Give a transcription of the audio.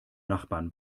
nachbarn